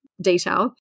detail